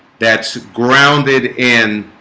that's grounded in